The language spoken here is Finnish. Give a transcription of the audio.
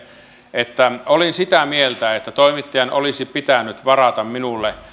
että olin sitä mieltä että toimittajan olisi pitänyt varata minulle